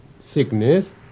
sickness